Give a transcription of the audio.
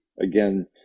Again